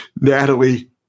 Natalie